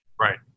Right